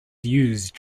used